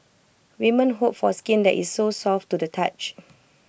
women hope for skin that is so soft to the touch